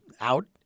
out